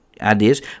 ideas